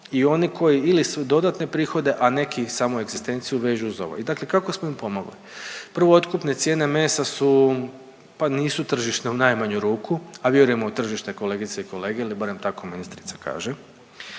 i oni koji ili su dodatne prihode, a neki samo egzistenciju vežu uz ovo. I dakle kako smo im pomogli? Prvo otkupne cijene mesa su pa nisu tržišne u najmanju ruku, a vjerujemo u tržište kolegice i kolege ili barem tako ministrica kaže.